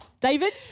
David